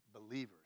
believers